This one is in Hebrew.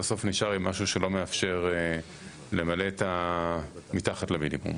ובסוף נשאר משהו שלא מאפשר את מה שמתחת למינימום.